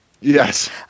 yes